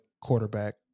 quarterback